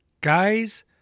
Guys